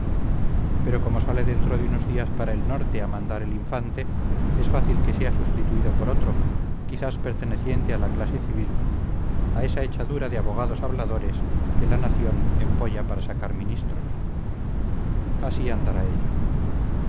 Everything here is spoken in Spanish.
pero como sale dentro de unos días para el norte a mandar el infante es fácil que sea sustituido por otro quizás perteneciente a la clase civil a esa echadura de abogados habladores que la nación empolla para sacar ministros así andará ello